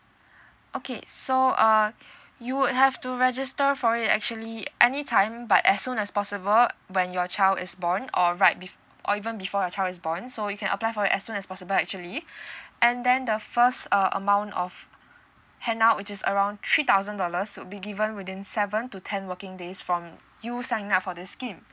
okay so uh you would have to register for it actually anytime but as soon as possible when your child is born or right be~ or even before your child is born so you can apply for it as soon as possible actually and then the first uh amount of handout which is around three thousand dollars would be given within seven to ten working days from you sign up for this scheme